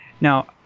Now